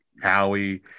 Howie